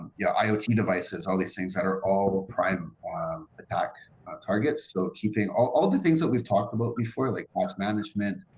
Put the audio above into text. yeah iot devices, all these things that are all prime and um attack targets. so keeping all all the things that we've talked about before, like um management.